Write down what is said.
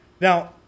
now